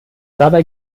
dabei